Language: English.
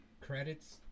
credits